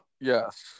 yes